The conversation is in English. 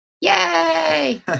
Yay